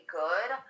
good